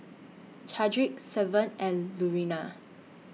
Chadrick Severt and Lurena